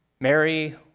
Mary